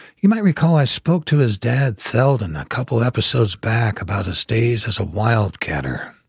you might recall i spoke to his dad theldon a couple episodes back about his days as a wildcatter.